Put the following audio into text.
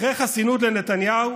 אחרי חסינות לנתניהו